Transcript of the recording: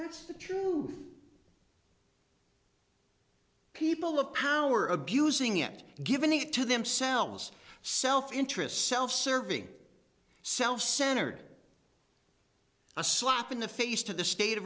that's the true people of power abusing and given it to themselves self interest self serving self centered a slap in the face to the state of